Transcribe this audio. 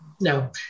No